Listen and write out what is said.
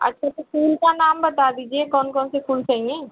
अच्छा तो तीन का नाम बता दीजिए कौन कौनसे फूल चाहिए